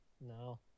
No